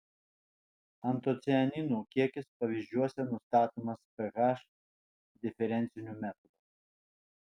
antocianinų kiekis pavyzdžiuose nustatomas ph diferenciniu metodu